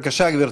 בבקשה, גברתי.